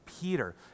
peter